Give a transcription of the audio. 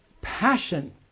passion